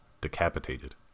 decapitated